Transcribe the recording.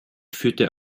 führte